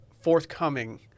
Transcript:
forthcoming